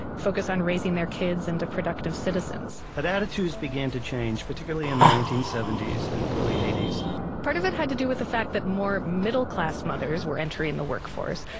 focus on raising their kids into productive citizens but attitudes began to change, particularly in the nineteen seventy s and early eighty point s part of it had to do with the fact that more middle-class mothers were entering the workforce.